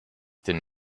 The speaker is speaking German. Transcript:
den